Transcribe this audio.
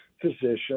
physician